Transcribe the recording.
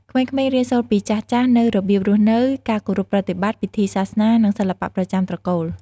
ក្មេងៗរៀនសូត្រពីចាស់ៗនូវរបៀបរស់នៅ ការគោរពប្រតិបត្តិ ពិធីសាសនា និងសិល្បៈប្រចាំត្រកូល។